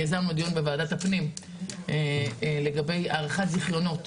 יזמנו דיון בוועדת הפנים לגבי הארכת זיכיונות